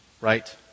Right